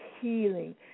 healing